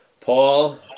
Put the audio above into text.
Paul